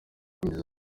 yagize